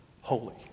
holy